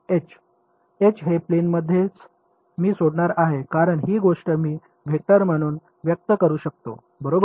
H H हे प्लेनमध्येच मी सोडवणार आहे कारण ही गोष्ट मी वेक्टर म्हणून व्यक्त करू शकतो बरोबर